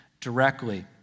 directly